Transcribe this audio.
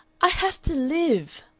i have to live!